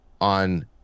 on